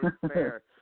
Fair